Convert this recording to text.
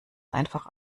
einfach